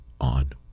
on